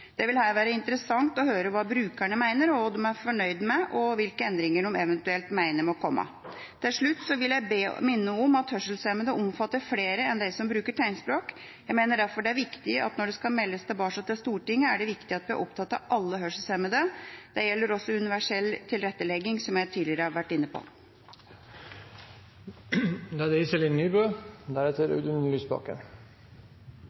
Det vil her være interessant å høre hva brukerne mener – hva de fornøyd med, og hvilke endringer de eventuelt mener må komme. Til slutt vil jeg minne om at hørselshemmede omfatter flere enn dem som bruker tegnspråk. Jeg mener derfor det er viktig, når det skal meldes tilbake til Stortinget, at vi er opptatt av alle hørselshemmede. Det gjelder også universell tilrettelegging, som jeg tidligere har vært inne på. Bente Thorsen sier i sitt innlegg at dette er et tema som fortjener mer politisk oppmerksomhet. Det